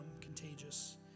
contagious